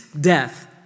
death